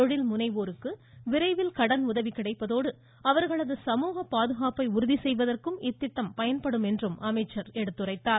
தொழில்முனைவோருக்கு விரைவில் கடனுதவி கிடைப்பதோடு அவர்களது சமூகப் பாதுகாப்பை உறுதி செய்வதற்கும் இத்திட்டம் பயன்படும் என்று அமைச்சர் தெரிவித்தார்